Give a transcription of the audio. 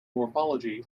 morphology